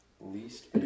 least